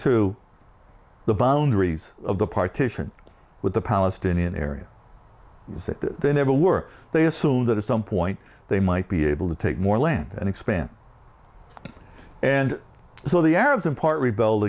to the boundaries of the partition with the palestinian area they never were they assume that at some point they might be able to take more land and expand and so the arabs in part rebelled